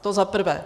To za prvé.